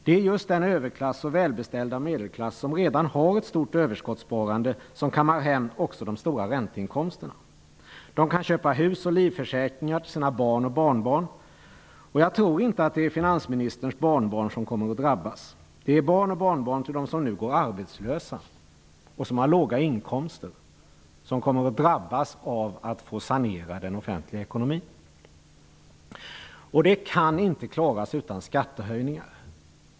Det är just den överklass och välbeställda medelklass som redan har ett stort överskottssparande som kammar hem också de stora ränteinkomsterna. De kan köpa hus och livförsäkringar åt sina barn och barnbarn. Jag tror inte att det är finansministerns barnbarn som kommer att drabbas, utan det är barn och barnbarn till dem som nu går arbetslösa och som har låga inkomster som kommer att drabbas av att få sanera den offentliga ekonomin. Detta kan inte klaras utan skattehöjningar.